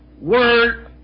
word